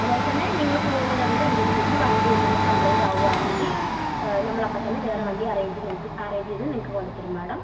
അതുപോലെത്തന്നെ നിങ്ങൾ പോകുന്നതിൻ്റെ ഇടയിൽ എവിടെയെങ്കിലും വച്ചു വണ്ടി എന്തെങ്കിലും കംപ്ലൈന്റാവുകയാണെങ്കിൽ നമ്മളപ്പോൾ തന്നെ വേറെ വണ്ടി അറേഞ്ച് നിങ്ങൾക്ക് അറേഞ്ച് ചെയ്ത് നിങ്ങൾക്ക് കൊണ്ടുത്തരും മാഡം